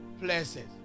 places